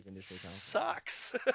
Sucks